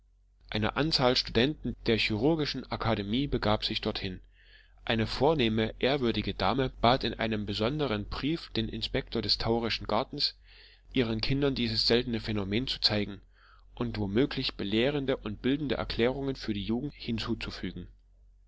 eine anzahl studenten der chirurgischen akademie begab sich dorthin eine vornehme ehrwürdige dame bat in einem besonderen brief den inspektor des taurischen gartens ihren kindern dieses seltene phänomen zu zeigen und womöglich belehrende und bildende erklärungen für die jugend hinzuzufügen